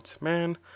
man